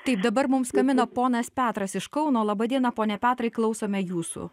tai dabar mums skambina ponas petras iš kauno laba diena pone petrai klausome jūsų